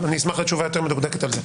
אשמח לתשובה יותר מדוקדקת.